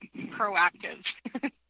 proactive